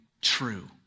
true